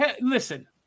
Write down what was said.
Listen